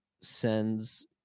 sends